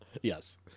Yes